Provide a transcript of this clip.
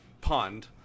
pond